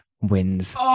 wins